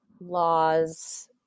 laws